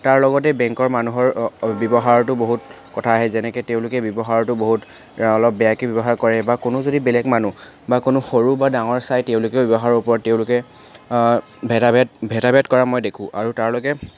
তাৰ লগতে বেংকৰ মানুহৰ ব্যৱহাৰতো বহুত কথা আহে যেনেকৈ তেওঁলোকে ব্যৱহাৰতো বহুত অলপ বেয়াকৈ ব্যৱহাৰ কৰে বা কোনো যদি বেলেগ মানুহ বা কোনো সৰু বা ডাঙৰ চাই তেওঁলোকে ব্যৱহাৰৰ ওপৰত তেওঁলোকে ভেদাভেদ ভেদাভেদ কৰা মই দেখোঁ আৰু তেওঁলোকে